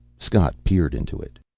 scott peered into it.